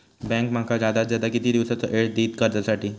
Bank माका जादात जादा किती दिवसाचो येळ देयीत कर्जासाठी?